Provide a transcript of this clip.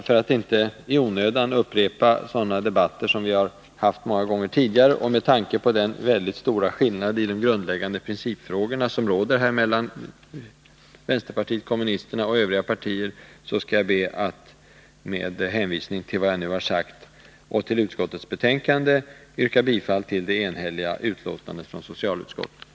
För att inte i onödan upprepa debatter som vi har haft många gånger tidigare och med tanke på den väldigt stora skillnad i de grundläggande frågorna som råder mellan vänsterpartiet kommunisterna och övriga partier ber jag med hänvisning till det jag nu har sagt och till utskottets betänkande att få yrka bifall till vad socialutskottet har hemställt i sitt enhälliga betänkande.